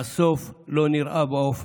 והסוף לא נראה באופק.